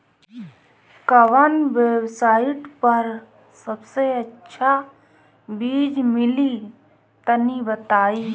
कवन वेबसाइट पर सबसे अच्छा बीज मिली तनि बताई?